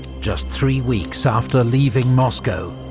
just three weeks after leaving moscow,